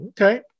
okay